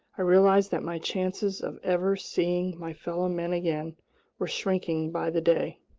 i realized that my chances of ever seeing my fellow men again were shrinking by the day,